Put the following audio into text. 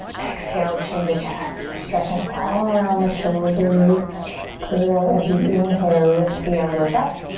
exhale, chin to chest. we're stretching all around the shoulder girdle as we inhale, lift the elbows up.